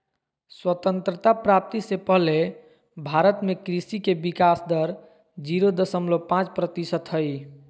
स्वतंत्रता प्राप्ति से पहले भारत में कृषि के विकाश दर जीरो दशमलव पांच प्रतिशत हई